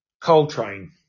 coltrane